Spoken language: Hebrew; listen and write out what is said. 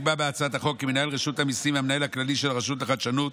נקבע בהצעת החוק כי מנהל רשות המיסים והמנהל הכללי של הרשות לחדשנות